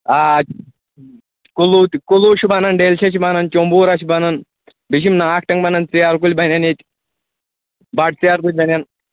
کُلوٗ تہِ کُلوٗ چھِ بَنان ڈیلِشَش چھِ بَنان چَمبوٗرا چھِ بَنان بیٚیہِ چھِ یِم ناگ ٹنٛگ بَنان ژیرِ کُلۍ بَنٮ۪ن ییٚتہِ بَٹہٕ ژیرٕ کُلۍ بَنان